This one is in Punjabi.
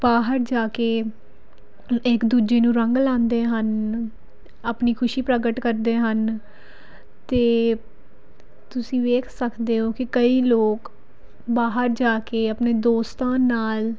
ਬਾਹਰ ਜਾ ਕੇ ਇੱਕ ਦੂਜੇ ਨੂੰ ਰੰਗ ਲਾਉਂਦੇ ਹਨ ਆਪਣੀ ਖੁਸ਼ੀ ਪ੍ਰਗਟ ਕਰਦੇ ਹਨ ਅਤੇ ਤੁਸੀਂ ਵੇਖ ਸਕਦੇ ਹੋ ਕਿ ਕਈ ਲੋਕ ਬਾਹਰ ਜਾ ਕੇ ਆਪਣੇ ਦੋਸਤਾਂ ਨਾਲ